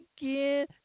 again